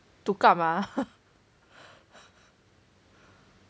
to 干嘛